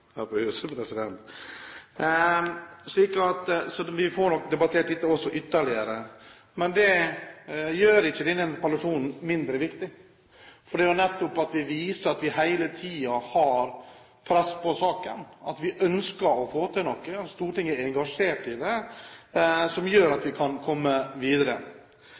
vi får nok debattert dette ytterligere. Det gjør ikke denne interpellasjonen mindre viktig. Det viser nettopp at vi hele tiden har press på saken, at vi ønsker å få til noe, og Stortinget er engasjert i det, noe som gjør at vi kan komme videre.